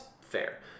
fair